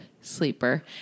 sleeper